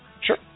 Sure